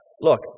Look